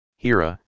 Hira